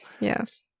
Yes